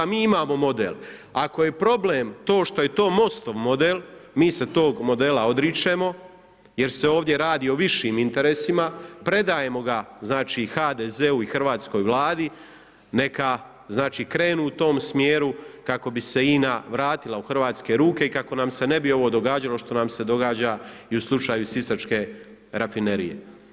Mi imamo model, ako je problem to što je to MOST-ov model, mi se tog modela odričemo jer se ovdje radi o višim interesima, predajemo ga HDZ-u i hrvatskoj Vladi, neka krenu u tom smjeru kako bi se INA vratila u hrvatske ruke i kako nam se ne bi ovo događalo što nam se događa i u slučaju sisačke rafinerije.